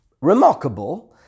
remarkable